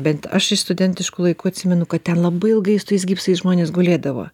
bent aš iš studentiškų laikų atsimenu kad ten labai ilgai su tais gipsais žmonės gulėdavo